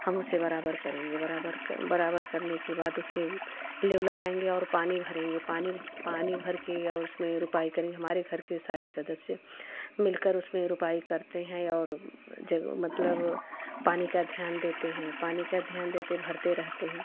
हम उसे बराबर करेंगे बराबर क बराबर करने के बाद उसमें लेव लगाएँगे और पानी भरेंगे पानी भ पानी भर के या उसमें रोपाई करेंगे हमारे घर के सारे सदस्य मिलकर उसमें रोपाई करते हैं और जब मतलब पानी का ध्यान देते हैं पानी का ध्यान देते भरते रहते हैं